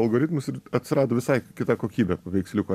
algoritmus ir atsirado visai kita kokybė paveiksliuko